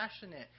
passionate